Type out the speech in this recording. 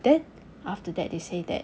then after that they say that